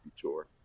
Tour